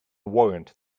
warrant